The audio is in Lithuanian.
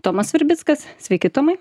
tomas virbickas sveiki tomai